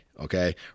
okay